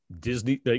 disney